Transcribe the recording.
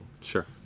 sure